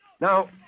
Now